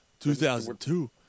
2002